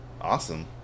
awesome